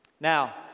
Now